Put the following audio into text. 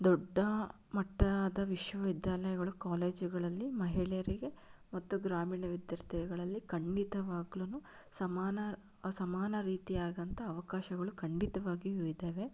ದೊಡ್ಡ ಮಟ್ಟದ ವಿಶ್ವವಿದ್ಯಾಲಯಗಳು ಕಾಲೇಜುಗಳಲ್ಲಿ ಮಹಿಳೆಯರಿಗೆ ಮತ್ತು ಗ್ರಾಮೀಣ ವಿದ್ಯಾರ್ಥಿಗಳಲ್ಲಿ ಖಂಡಿತವಾಗಲೂ ಸಮಾನ ಸಮಾನ ರೀತಿಯಾದಂಥ ಅವಕಾಶಗಳು ಖಂಡಿತವಾಗಿಯೂ ಇದ್ದಾವೆ